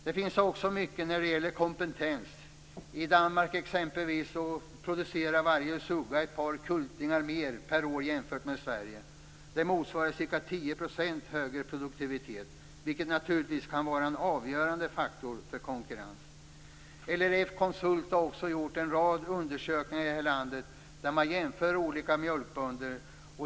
Det finns också mycket som är avgörande när det gäller kompetens. I Danmark exempelvis producerar varje sugga ett par kultingar mer per år jämfört med Sverige. Detta motsvarar ca 10 % högre produktivitet, vilket naturligtvis kan vara en avgörande faktor för konkurrensen. LRF-konsult har också gjort en rad undersökningar i landet där man jämför olika mjölkbönder.